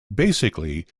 basically